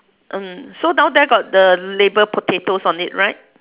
mm so down there got the label potatoes on it right